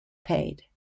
paid